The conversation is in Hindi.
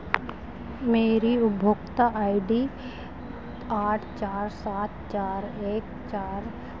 मेरी उपभोग्ता आई डी आठ चार सात चार एक चार